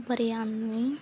biryani